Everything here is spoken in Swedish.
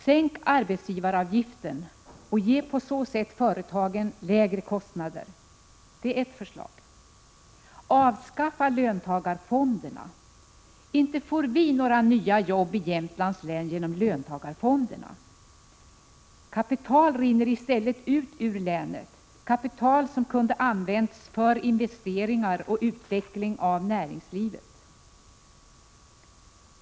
Sänk arbetsgivaravgiften och ge på så sätt företagen lägre kostnader! Avskaffa löntagarfonderna! Inte får vi några nya jobb i Jämtlands län genom dem. Kapital rinner i stället ut ur länet, kapital som kunde ha använts för investeringar och utveckling av näringslivet.